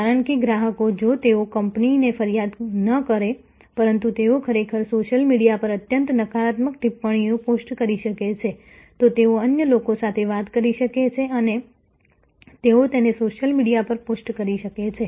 કારણ કે ગ્રાહકો જો તેઓ કંપનીને ફરિયાદ ન કરે પરંતુ તેઓ ખરેખર સોશિયલ મીડિયા પર અત્યંત નકારાત્મક ટિપ્પણીઓ પોસ્ટ કરી શકે છે તો તેઓ અન્ય લોકો સાથે વાત કરી શકે છે અને તેઓ તેને સોશિયલ મીડિયા પર પોસ્ટ કરી શકે છે